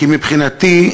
כי מבחינתי,